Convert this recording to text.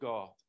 God